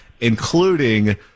including